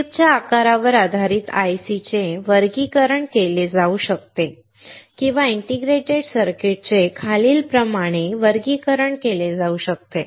चिपच्या आकारावर आधारित IC चे वर्गीकरण केले जाऊ शकते किंवा इंटिग्रेटेड सर्किट्स चे खालीलप्रमाणे वर्गीकरण केले जाऊ शकते